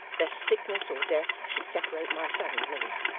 lest sickness or death should separate my son and me.